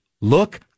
look